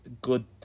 good